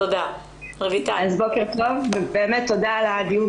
אז בוקר טוב, ובאמת תודה על הדיון.